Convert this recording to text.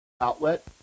outlet